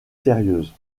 sérieuses